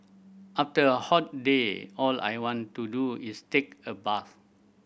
after a hot day all I want to do is take a bath